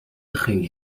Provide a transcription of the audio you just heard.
خیلی